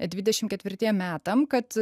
dvidešim ketvirtiem metam kad